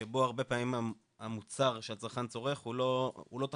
שבו הרבה פעמים שהמוצר שהצרכן צורך הוא לא תחליפי.